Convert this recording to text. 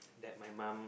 that my mum